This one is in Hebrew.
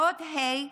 האות ה',